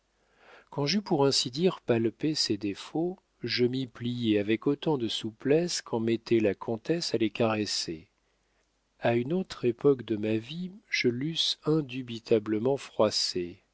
quand j'eus pour ainsi dire palpé ses défauts je m'y pliai avec autant de souplesse qu'en mettait la comtesse à les caresser a une autre époque de ma vie je l'eusse indubitablement froissé